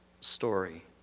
story